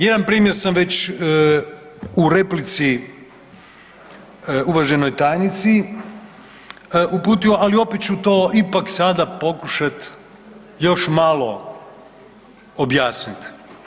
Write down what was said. Jedan primjer sam već u replici uvaženoj tajnici uputio, ali opet ću to ipak sada pokušati još malo objasniti.